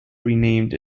renamed